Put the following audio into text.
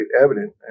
evident